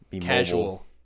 Casual